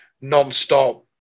non-stop